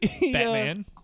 Batman